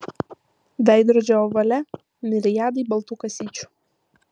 veidrodžio ovale miriadai baltų kasyčių